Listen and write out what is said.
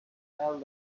some